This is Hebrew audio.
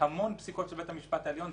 בהמון פסיקות של בית המשפט העליון,